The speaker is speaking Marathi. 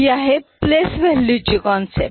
ही आहे प्लेस व्हॅल्यू ची कन्सेप्ट